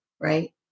Right